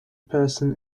person